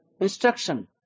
instruction